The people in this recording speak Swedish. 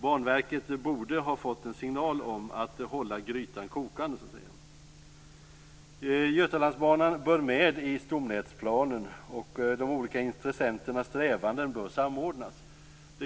Banverket borde ha fått en signal om att hålla grytan kokande. Götalandsbanan bör tas med i stomnätsplanen. De olika intressenternas strävanden bör samordnas.